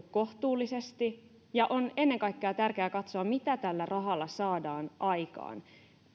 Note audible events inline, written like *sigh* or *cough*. *unintelligible* kohtuullisesti ja on ennen kaikkea tärkeää katsoa mitä tällä rahalla saadaan aikaan